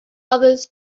others